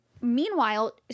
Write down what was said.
meanwhile